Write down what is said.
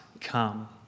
come